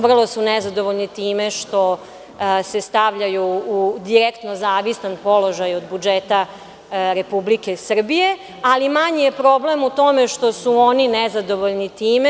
Vrlo su nezadovoljni time što se stavljaju direktno zavisnom položaju od budžeta Republike Srbije, ali manji je problem u tome što su oni nezadovoljni time.